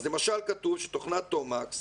כתוב למשל שתוכנת תומקס